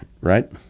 right